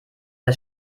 das